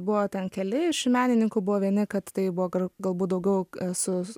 buvo ten keli iš menininkų buvo vieni kad tai buvo galbūt daugiau su